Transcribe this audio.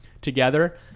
together